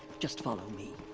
just follow me.